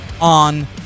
on